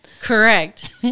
Correct